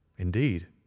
Indeed